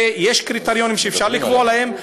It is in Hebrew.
ויש קריטריונים שאפשר לקבוע להן,